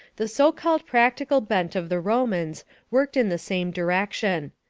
the so-called practical bent of the romans worked in the same direction.